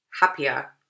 happier